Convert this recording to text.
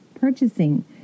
purchasing